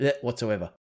whatsoever